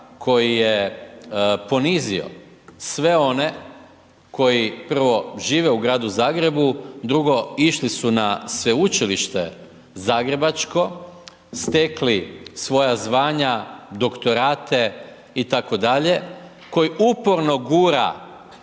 koji je ponizio sve one koji prvo žive u Gradu Zagrebu, drugo išli su na sveučilište zagrebačko, stekli svoja zvanja, doktorate i tako dalje, koji uporno gura